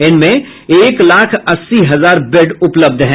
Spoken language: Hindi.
इनमें एक लाख अस्सी हजार बैड उपलब्ध हैं